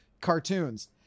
cartoons